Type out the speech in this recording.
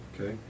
Okay